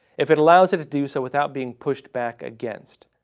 if it allows it to do so without being pushed back against.